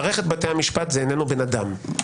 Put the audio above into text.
מערכת בתי המשפט אינו בן אדם.